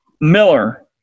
Miller